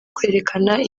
kwerekana